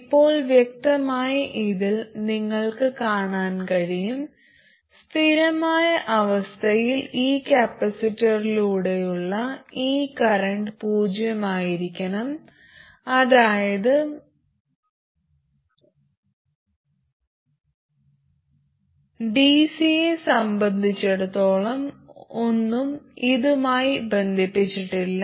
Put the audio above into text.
ഇപ്പോൾ വ്യക്തമായി ഇതിൽ നിങ്ങൾക്ക് കാണാൻ കഴിയും സ്ഥിരമായ അവസ്ഥയിൽ ഈ കപ്പാസിറ്ററിലൂടെയുള്ള ഈ കറന്റ് പൂജ്യമായിരിക്കണം അതായത് ഡിസിയെ സംബന്ധിച്ചിടത്തോളം ഒന്നും ഇതുമായി ബന്ധിപ്പിച്ചിട്ടില്ല